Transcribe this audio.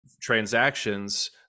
transactions